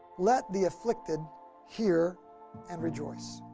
let the afflicted hear and rejoice.